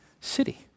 city